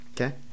Okay